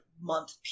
month